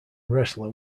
wrestler